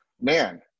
man